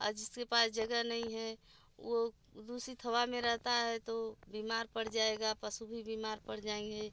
और जिसके पास जगह नहीं है वो दूषित हवा में रहता है तो बीमार पड़ जाएगा पशु भी बीमार पड़ जाएंगे